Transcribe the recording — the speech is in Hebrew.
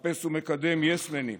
מחפש ומקדם יס-מנים